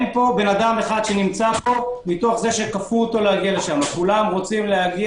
כולם רוצים להגיע,